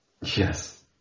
Yes